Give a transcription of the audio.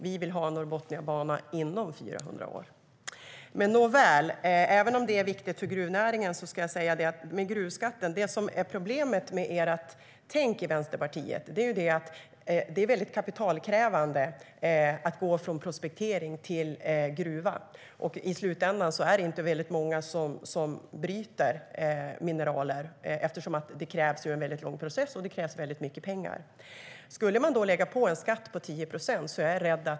Vi vill ha en norrbotniabana inom 400 år. Problemet med Vänsterpartiets tänk när det gäller gruvskatten är att det är väldigt kapitalkrävande att gå från prospektering till gruva, och i slutändan är det inte särskilt många som bryter mineraler eftersom det krävs en lång process och mycket pengar.